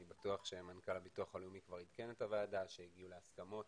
אני בטוח שמנכ"ל הביטוח הלאומי כבר עדכן את הוועדה שהגיעו להסכמות